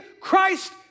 Christ